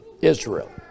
Israel